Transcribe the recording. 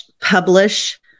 publish